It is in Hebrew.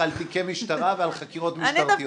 על תיקי משטרה ועל חקירות משטרתיות.